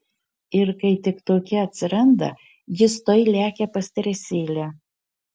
ir kai tik tokia atsiranda jis tuoj lekia pas teresėlę